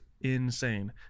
insane